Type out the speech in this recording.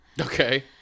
Okay